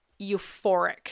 euphoric